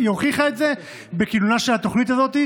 היא הוכיחה את זה בכינונה של התוכנית הזאת,